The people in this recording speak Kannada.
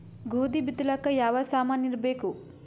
ಗೋಧಿ ಬಿತ್ತಲಾಕ ಯಾವ ಸಾಮಾನಿರಬೇಕು?